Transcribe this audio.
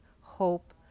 hope